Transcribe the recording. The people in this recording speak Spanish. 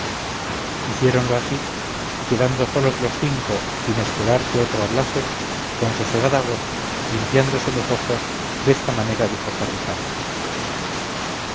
hiciéronlo así y quedando solos los cinco sin esperar que otro hablase con sosegada voz limpiándose los ojos desta manera dijo carrizales